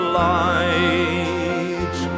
light